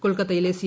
കൊൽക്കത്തയിലെ സി